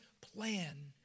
plan